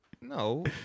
No